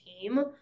team